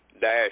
Dash